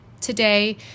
today